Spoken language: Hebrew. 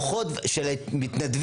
והכוחות של המתנדבים,